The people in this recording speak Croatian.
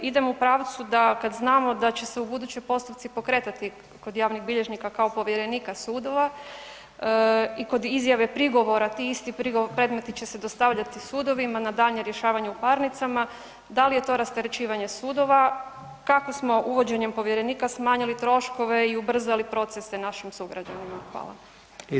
Idem u pravcu da kad znamo da će se ubuduće postupci pokretati kod javnih bilježnika kao povjerenika sudova i kod izjave prigovora ti isti predmeti će se dostavljati sudovi na daljnje rješavanje u parnicama da li je to rasterećivanje sudova, kako smo uvođenjem povjerenika smanjili troškove i ubrzali procese našim sugrađanima?